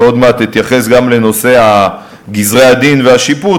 ועוד מעט אתייחס גם לנושא גזרי-הדין והשיפוט,